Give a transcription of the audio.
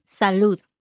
salud